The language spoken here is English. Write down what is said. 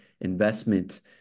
investment